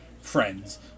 friends